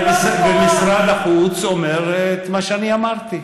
ומשרד החוץ אומר את מה שאני אמרתי,